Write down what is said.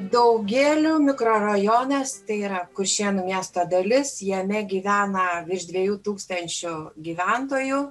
daugėlių mikrorajone tai yra kuršėnų miesto dalis jame gyvena virš dviejų tūkstančių gyventojų